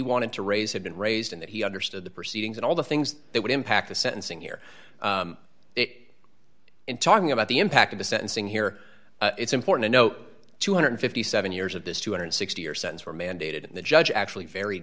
wanted to raise had been raised in that he understood the proceedings and all the things that would impact the sentencing here it in talking about the impact of the sentencing here it's important to note two hundred and fifty seven years of this two hundred and sixty or sentence were mandated and the judge actually very